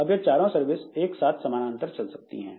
अब यह चारों सर्विस एक साथ समानांतर चल सकती है